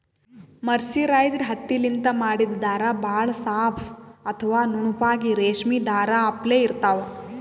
mercerised ಹತ್ತಿಲಿಂತ್ ಮಾಡಿದ್ದ್ ಧಾರಾ ಭಾಳ್ ಸಾಫ್ ಅಥವಾ ನುಣುಪಾಗಿ ರೇಶ್ಮಿ ಧಾರಾ ಅಪ್ಲೆ ಇರ್ತಾವ್